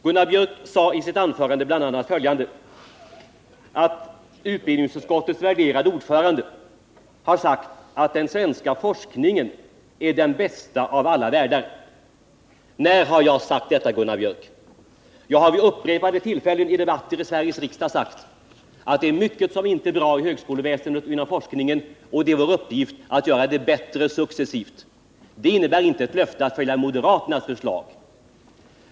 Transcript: Gunnar Biörck sade i sitt anförande bl.a.: Utbildningsutskottets värderade ordförande har sagt att den svenska forskningen är den bästa av alla världar. När har jag sagt detta, Gunnar Biörck? Jag har vid upprepade debatter i Sveriges riksdag sagt att det är mycket som inte är bra inom högskoleväsendet och forskningen och att det är vår uppgift att successivt göra det bättre. Det innebär inte ett löfte att följa moderaternas förslag.